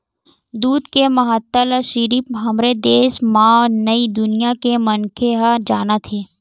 दूद के महत्ता ल सिरिफ हमरे देस म नइ दुनिया के मनखे ह जानत हे